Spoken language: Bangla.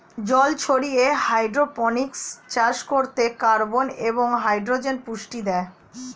জল ছাড়িয়ে হাইড্রোপনিক্স চাষ করতে কার্বন এবং হাইড্রোজেন পুষ্টি দেয়